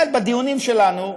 אבל בדיונים שלנו,